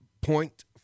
point